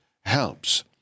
helps